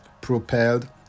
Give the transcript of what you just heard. propelled